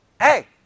Hey